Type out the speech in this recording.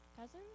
cousin